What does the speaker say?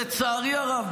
לצערי הרב,